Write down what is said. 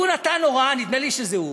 הוא נתן הוראה, נדמה לי שזה הוא,